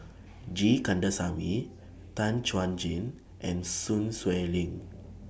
G Kandasamy Tan Chuan Jin and Sun Xueling